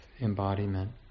embodiment